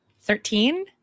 Thirteen